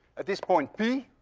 at this point p,